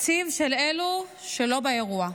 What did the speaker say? התקציב של אלו שלא באירוע.